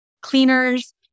cleaners